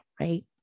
right